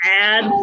add